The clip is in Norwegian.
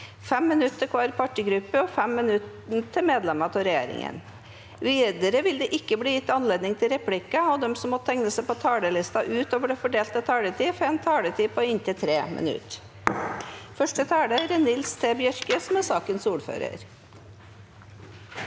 5 minutter til hver partigruppe og 5 minutter til medlemmer av regjeringen. Videre vil det ikke bli gitt anledning til replikker, og de som måtte tegne seg på talerlisten utover den fordelte taletid, får en taletid på inntil 3 minutter. Nils T. Bjørke (Sp) (ordførar